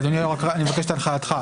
אדוני, אני מבקש את הנחייתך.